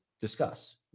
discuss